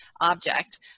object